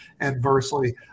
adversely